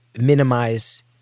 minimize